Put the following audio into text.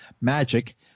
Magic